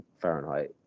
Fahrenheit